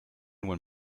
when